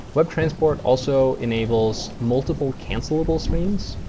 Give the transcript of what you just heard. webtransport also enables multiple cancelable screens,